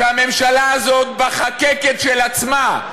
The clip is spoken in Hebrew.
שהממשלה הזאת בחקקת של עצמה,